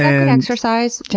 and exercise, yeah